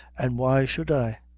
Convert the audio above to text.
an' why should i?